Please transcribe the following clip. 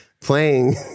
playing